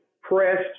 pressed